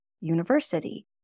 university